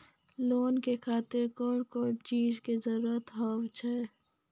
Loan के खातिर कौन कौन चीज के जरूरत हाव है?